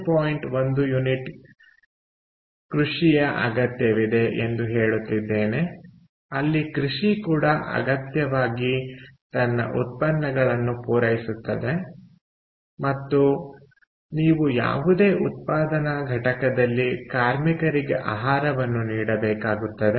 1 unit ಕೃಷಿಯ ಅಗತ್ಯವಿದೆ ಎಂದು ಹೇಳುತ್ತಿದ್ದೇನೆ ಅಲ್ಲಿ ಕೃಷಿ ಕೂಡ ಅಗತ್ಯವಾಗಿ ತನ್ನ ಉತ್ಪನ್ನಗಳನ್ನು ಪೂರೈಸುತ್ತದೆ ಮತ್ತು ನೀವು ಯಾವುದೇ ಉತ್ಪಾದನಾ ಘಟಕದಲ್ಲಿ ಕಾರ್ಮಿಕರಿಗೆ ಆಹಾರವನ್ನು ನೀಡಬೇಕಾಗುತ್ತದೆ